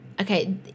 Okay